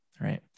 right